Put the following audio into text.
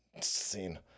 scene